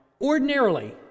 ordinarily